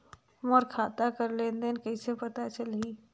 मोर खाता कर लेन देन कइसे पता चलही?